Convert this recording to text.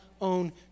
own